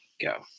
go